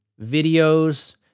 videos